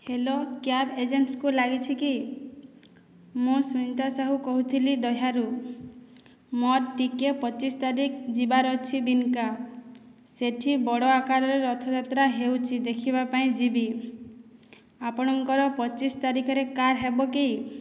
hello cab ଏଜେନ୍ସିକୁ ଲାଗିଛି କି ମୁଁ ସୁନିତା ସାହୁ କହୁଥିଲି ଦହ୍ୟାରୁ ମୋର ଟିକିଏ ପଚିଶ ତାରିଖ ଯିବାର ଅଛି ବିନକା ସେଇଠି ବଡ଼ ଆକାରରେ ରଥଯାତ୍ରା ହେଉଛି ଦେଖିବାପାଇଁ ଯିବି ଆପଣଙ୍କର ପଚିଶ ତାରିଖରେ କାର୍ ହେବ କି